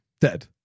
Dead